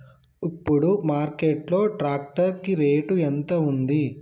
ఇప్పుడు మార్కెట్ లో ట్రాక్టర్ కి రేటు ఎంత ఉంది?